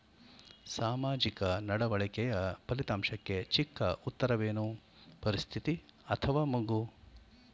ಸಾಮಾಜಿಕ ನಡವಳಿಕೆಯ ಫಲಿತಾಂಶಕ್ಕೆ ಚಿಕ್ಕ ಉತ್ತರವೇನು? ಪರಿಸ್ಥಿತಿ ಅಥವಾ ಮಗು?